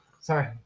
Sorry